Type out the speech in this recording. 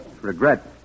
Regret